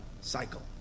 cycle